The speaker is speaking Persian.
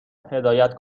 هدایت